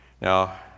Now